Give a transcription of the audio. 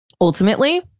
ultimately